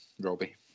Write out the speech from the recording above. Robbie